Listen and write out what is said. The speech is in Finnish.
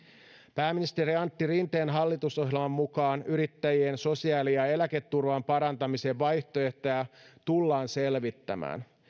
pääministeri antti rinteen hallitusohjelman mukaan yrittäjien sosiaali ja eläketurvan parantamisen vaihtoehtoja tullaan selvittämään